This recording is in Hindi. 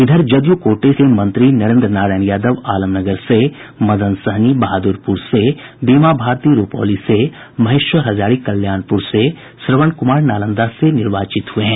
उधर जदयू कोटे के मंत्री नरेन्द्र नारायण यादव आलमनगर से मदन सहनी बहादुरपुर से बीमा भारती रूपौली से महेश्वर हजारी कल्याणपुर से श्रवण कुमार नालंदा से निर्वाचित हुये हैं